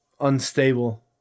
unstable